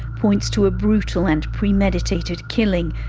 points to a brutal and premeditated killing,